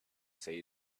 say